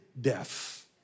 death